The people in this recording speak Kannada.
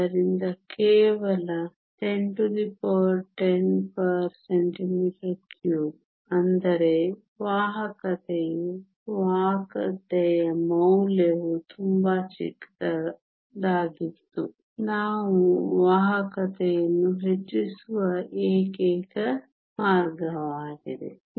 ಆದ್ದರಿಂದ ಕೇವಲ 1010 cm 3 ಅಂದರೆ ವಾಹಕತೆಯು ವಾಹಕತೆಯ ಮೌಲ್ಯವು ತುಂಬಾ ಚಿಕ್ಕದಾಗಿತ್ತು ನಾವು ವಾಹಕತೆಯನ್ನು ಹೆಚ್ಚಿಸುವ ಏಕೈಕ ಮಾರ್ಗವಾಗಿದೆ